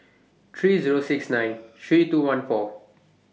three Zero six nine three two one four